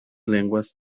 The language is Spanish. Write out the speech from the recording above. lenguas